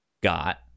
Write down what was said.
got